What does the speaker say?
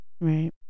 Right